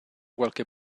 qualche